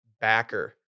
Backer